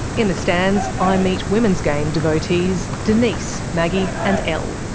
in the stands i meet women's game devotees denise, maggie, and elle.